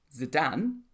Zidane